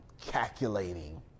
calculating